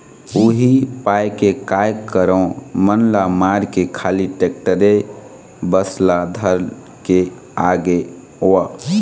उही पाय के काय करँव मन ल मारके खाली टेक्टरे बस ल धर के आगेंव